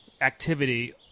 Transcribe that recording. activity